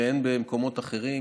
שאין במקומות אחרים.